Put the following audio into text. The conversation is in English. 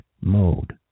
mode